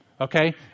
okay